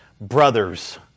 brothers